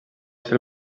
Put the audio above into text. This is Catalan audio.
ser